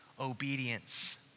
Obedience